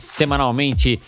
semanalmente